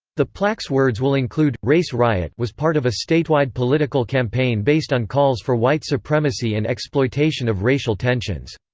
the plaque's words will include race riot was part of a state-wide political campaign based on calls for white supremacy and exploitation of racial tensions.